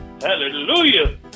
Hallelujah